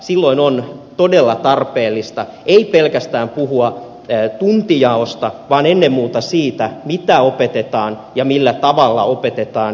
silloin on todella tarpeellista ei pelkästään puhua tuntijaosta vaan ennen muuta siitä mitä opetetaan ja millä tavalla opetetaan